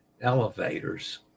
elevators